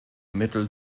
mittel